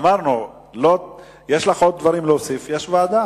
אמרנו, יש לך עוד דברים להוסיף, יש ועדה.